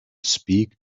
speak